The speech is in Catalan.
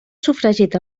sofregit